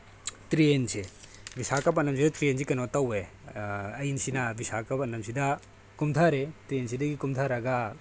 ꯇ꯭ꯔꯦꯟꯁꯦ ꯕꯤꯁꯀꯄꯠꯅꯝꯁꯤꯗ ꯇ꯭ꯔꯦꯟꯁꯦ ꯀꯩꯅꯣ ꯇꯧꯑꯦ ꯑꯩꯁꯤꯅ ꯕꯤꯁꯀꯄꯠꯅꯝꯁꯤꯗ ꯀꯨꯝꯊꯔꯦ ꯇ꯭ꯔꯦꯟꯁꯤꯗꯒꯤ ꯀꯨꯝꯊꯔꯒ